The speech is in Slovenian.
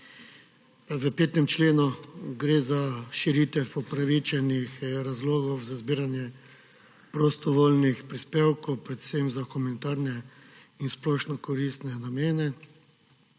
V 5. členu gre za širitev upravičenih razlogov za zbiranje prostovoljnih prispevkov, predvsem za humanitarne in splošnokoristne namene.